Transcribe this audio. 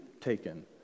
taken